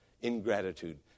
ingratitude